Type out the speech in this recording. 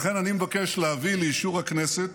לכן אני מבקש להביא לאישור הכנסת